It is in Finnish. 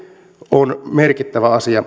on merkittävä asia